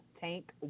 tank